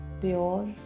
pure